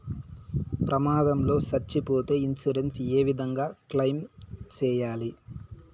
ప్రమాదం లో సచ్చిపోతే ఇన్సూరెన్సు ఏ విధంగా క్లెయిమ్ సేయాలి?